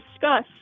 discuss